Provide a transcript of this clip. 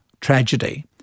tragedy